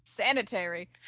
Sanitary